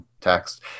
text